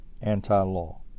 anti-law